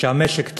שהמשק צומח,